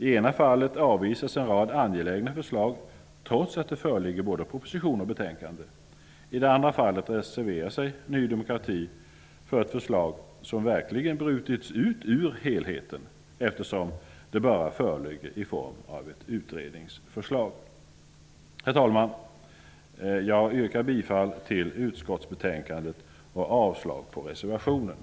I ena fallet avvisas en rad angelägna förslag, trots att det föreligger både proposition och betänkande. I det andra fallet reserverar sig Ny demokrati till förmån för ett förslag som verkligen brutits ut ur helheten och som bara föreligger i form av ett utredningsförslag. Fru talman! Jag yrkar bifall till utskottes hemställan och avslag på reservationerna.